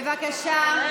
בבקשה,